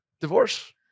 Divorce